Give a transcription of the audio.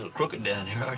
but crooked down